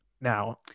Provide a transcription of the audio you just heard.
Now